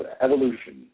Evolution